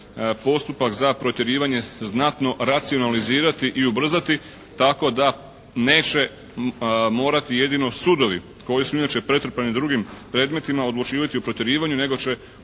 postupak za protjerivanje znatno racionalizirati i ubrzati tako da neće morati jedino sudovi koji su inače pretrpani drugim predmetima, odlučivati o protjerivanju nego će